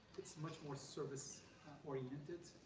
it's much more service oriented.